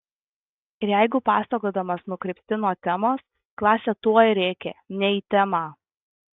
ir jeigu pasakodamas nukrypsti nuo temos klasė tuoj rėkia ne į temą